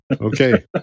Okay